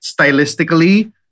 stylistically